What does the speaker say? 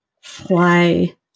fly